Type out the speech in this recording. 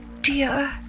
dear